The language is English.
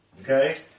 okay